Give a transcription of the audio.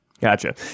Gotcha